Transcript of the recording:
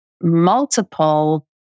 multiple